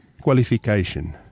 qualification